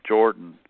Jordan